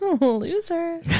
Loser